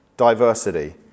Diversity